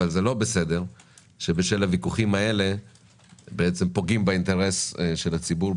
אבל לא בסדר שבשל הוויכוחים האלה פוגעים באינטרס של הציבור,